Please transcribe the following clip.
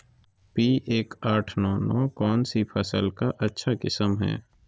P एक आठ नौ नौ कौन सी फसल का अच्छा किस्म हैं?